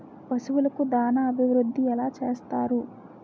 పశువులకు దాన అభివృద్ధి ఎలా చేస్తారు?